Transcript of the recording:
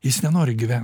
jis nenori gyvent